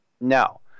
No